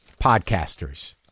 Podcasters